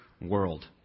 world